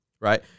right